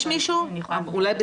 האם יש מישהו בזום?